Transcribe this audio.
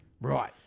Right